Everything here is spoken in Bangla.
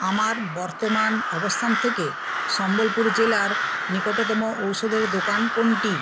আমার বর্তমান অবস্থান থেকে সম্বলপুর জেলার নিকটতম ঔষধের দোকান কোনটি